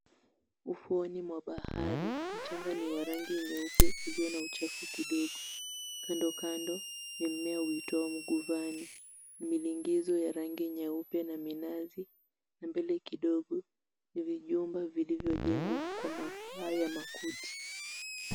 Ufuoni mwa bahari, mchanga ni wa rangi nyeupe ulio na uchafu kidogo. Kando kando ni mmea uitwao mguvani, milingizo ya rangi nyeupe, na minazi. Na mbele kidogo, ni vijumba vilivyojengwa kwa mapaa ya makuti.